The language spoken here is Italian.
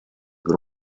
per